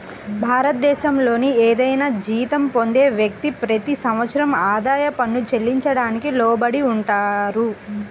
భారతదేశంలోని ఏదైనా జీతం పొందే వ్యక్తి, ప్రతి సంవత్సరం ఆదాయ పన్ను చెల్లించడానికి లోబడి ఉంటారు